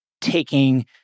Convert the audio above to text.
taking